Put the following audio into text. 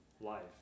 life